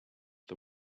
the